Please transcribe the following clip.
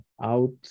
Out